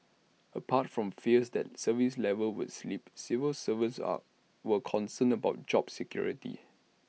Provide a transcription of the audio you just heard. apart from fears that service levels would slip civil servants are were concerned about job security